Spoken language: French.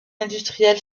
industriel